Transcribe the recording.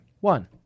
One